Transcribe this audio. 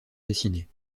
dessinée